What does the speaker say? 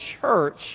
church